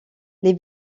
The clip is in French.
les